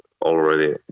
already